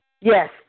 Yes